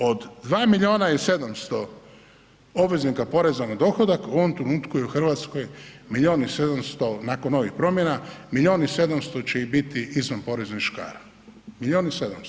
Od 2 milijuna i 700 obveznika poreza na dohodak u ovom trenutku je u Hrvatskoj milijun i 700, nakon ovih promjena, milijun i 700 će ih biti izvan poreznih škara, milijun i 700.